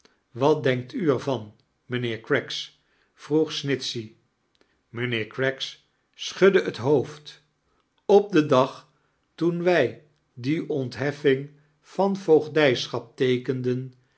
wat denkt u er van mijnheer craggs vroeg snitchey mijnheer oraggs schudde het ho-ofd op den dag toen wij die ontheffing van voogdijschap teekenden